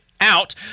out